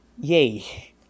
Yay